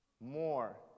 more